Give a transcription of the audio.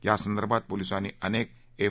त्या संदर्भात पोलिसांनी अनेक एफ